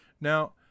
Now